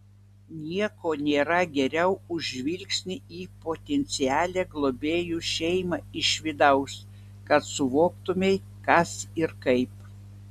nieko nėra geriau už žvilgsnį į potencialią globėjų šeimą iš vidaus kad suvoktumei kas ir kaip